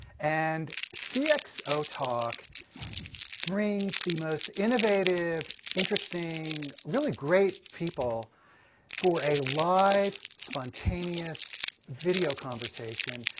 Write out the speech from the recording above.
and cxotalk brings the most innovative, interesting, really great people for a live, spontaneous video conversation,